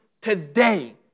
today